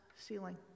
ceiling